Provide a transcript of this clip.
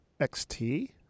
XT